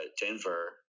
Denver